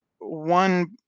one